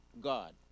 God